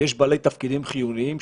חפצת חיים,